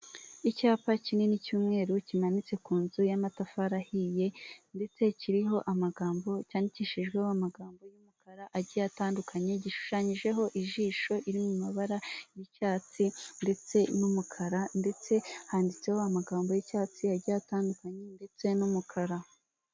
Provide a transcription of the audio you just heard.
Icyapa kinini cy'umweru kimanitse ku nzu y'amatafari ahiye, ndetse kiriho amagambo cyandikishijweho amagambo y'umukara agiye atandukanye, gishushanyijeho ijisho riri mu mabara y'icyatsi ndetse n'umukara, ndetse handitseho amagambo y'icyatsi agiye atandukanye, ndetse n'umukara.